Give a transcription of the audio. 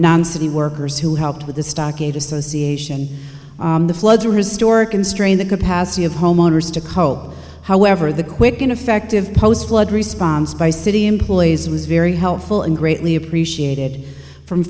non city workers who helped with the stockade association the floods are historic constrain the capacity of homeowners to cold however the quick and effective post flood response by city employees was very helpful and greatly appreciated from